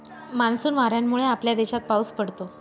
monsoon वाऱ्यांमुळे आपल्या देशात पाऊस पडतो